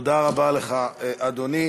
תודה רבה לך, אדוני.